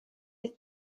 fydd